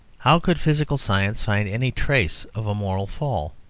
how could physical science find any traces of a moral fall?